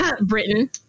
britain